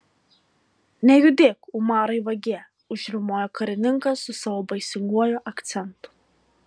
nejudėk umarai vagie užriaumojo karininkas su savo baisinguoju akcentu